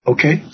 Okay